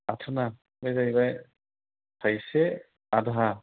आथोना बे जाहैबाय थायसे आधा